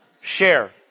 Share